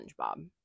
spongebob